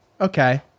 Okay